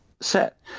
set